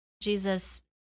Jesus